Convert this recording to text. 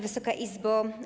Wysoka Izbo!